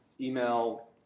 email